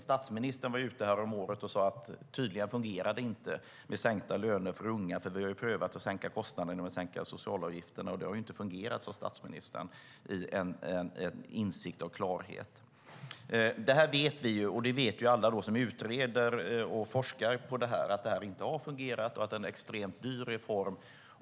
Statsministern var ute häromåret och sade att det tydligen inte fungerar med sänkta löner för unga, eftersom man redan prövat att sänka kostnaden genom att sänka socialavgifterna och det inte fungerat. Så sade statsministern i en stund av insikt och klarhet, och det här är något vi vet. Alla som utreder och forskar på det här vet att det inte har fungerat och att det är en extremt dyr reform.